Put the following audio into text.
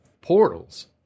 Portals